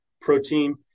protein